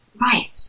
right